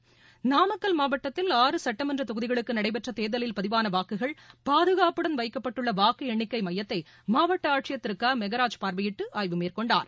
ஹரிஹரன் நாமக்கல் மாவட்டத்தில் ஆறு சட்டமன்ற தொகுதிகளுக்கும் நடைபெற்ற தேர்தலில் பதிவான வாக்குகள் பாதுகாப்புடன் வைக்கப்பட்டுள்ள வாக்கு எண்ணிக்கை மையத்தை மாவட்ட ஆட்சியர் திரு க மெகராஜ் பார்வையிட்டு ஆய்வு மேற்கொண்டார்